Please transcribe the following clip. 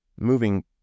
Moving